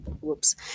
Whoops